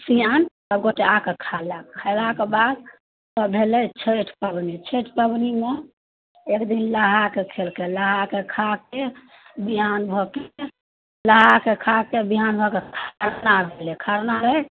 सिआन सबगोटे आकऽ खा ले खेलाके बाद भेलै छठि पाबनि छठि पाबनिमे एक दिन नहाके खेलकै नहाकऽ खाकऽ बिहान भऽ कऽ नहाकऽ खाकऽ बिहान भऽ कऽ खरना भेलै खरना भेल